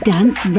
Dance